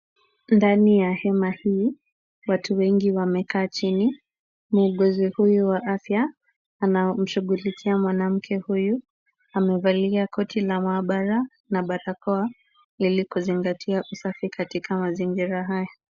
Ndani ya hema hii watu wengi wamekaa chini. Muuguzi huyu wa afya anamshughulikia mwanamke huyu. Amevalia koti la maabara na barakoa ili kuzingatia usafi katika mazingira haya.